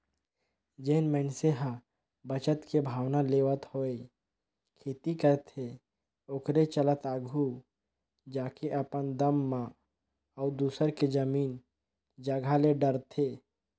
जेन मइनसे ह बचत के भावना लेवत होय खेती करथे ओखरे चलत आघु जाके अपने दम म अउ दूसर के जमीन जगहा ले डरथे